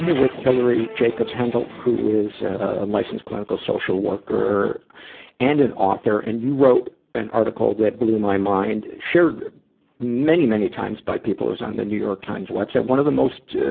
with hilary jacobs hendel, who is, ah, a licensed clinical social worker and an author. and you wrote an article that blew my mind. shared many, many times by people. it was on the new york time's web site. one of the most, ah,